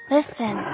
Listen